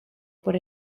por